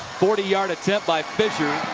forty yard attempt by fisher.